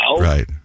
Right